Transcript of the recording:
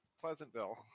Pleasantville